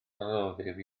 rhoddir